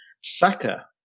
Saka